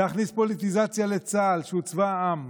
להכניס פוליטיזציה לצה"ל, שהוא צבא העם,